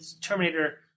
Terminator